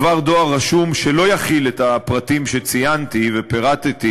דבר דואר רשום שלא יכיל את הפרטים שציינתי ופירטתי,